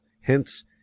Hence